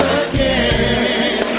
again